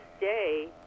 day